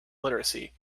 literacy